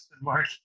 Mark